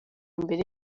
imbere